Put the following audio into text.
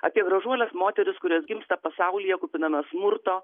apie gražuoles moteris kurios gimsta pasaulyje kupiname smurto